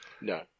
No